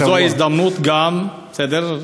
אז זו ההזדמנות גם, בסדר?